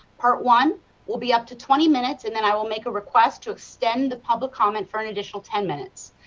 part one will be up to twenty minutes and then i will make a request to extend the public coments um and for an additional ten minutes.